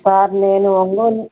sir నేను ఒంగోలు